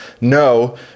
no